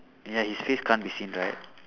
ya his face can't be seen right